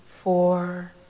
four